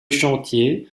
chantier